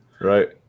Right